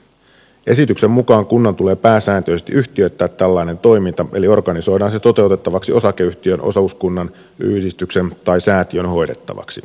esityksen mukaan kunnan tulee pääsääntöisesti yhtiöittää tällainen toiminta eli organisoida se osakeyhtiön osuuskunnan yhdistyksen tai säätiön hoidettavaksi